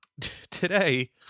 Today